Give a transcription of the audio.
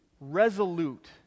resolute